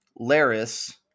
Laris